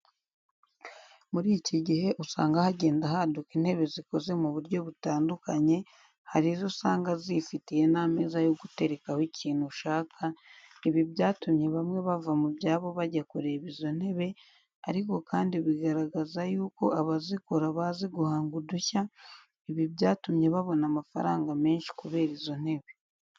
Muri iki gihe usanga hagenda haduka intebe zikoze mu buryo butandukanye, hari izo usanga zifitiye n'ameza yo guterekaho ikintu ushaka, ibi byatumye bamwe bava mu byabo bajya kureba izo ntebe, ariko kandi bigaragaza yuko abazikora bazi guhanga udushya, ibi byatumye babona amafaranga menshi kubera izo ntebe.